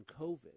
COVID